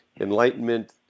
Enlightenment